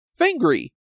Fangry